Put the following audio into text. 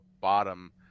bottom